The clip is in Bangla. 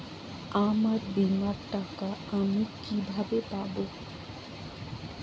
আমার বীমার টাকা আমি কিভাবে পাবো?